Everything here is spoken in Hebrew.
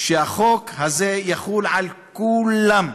שהחוק הזה יחול על כולם,